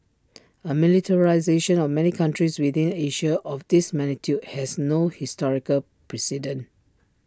A militarisation of many countries within Asia of this magnitude has no historical precedent